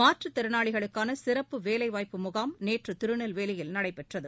மாற்றுத் திறனாளிகளுக்கானசிறப்பு வேலைவாய்ப்பு முகாம் நேற்றுதிருநெல்வேலியில் நடைபெற்றது